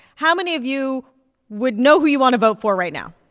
how many of you would know who you want to vote for right now?